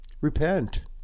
Repent